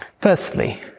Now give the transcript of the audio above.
Firstly